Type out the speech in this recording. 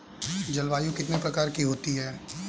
जलवायु कितने प्रकार की होती हैं?